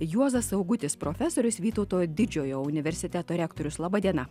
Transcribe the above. juozas augutis profesorius vytauto didžiojo universiteto rektorius laba diena